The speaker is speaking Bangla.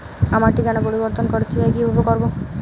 আমার ঠিকানা পরিবর্তন করতে চাই কী করব?